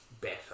better